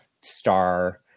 star